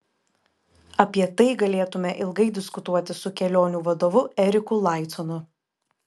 apie tai galėtume ilgai diskutuoti su kelionių vadovu eriku laiconu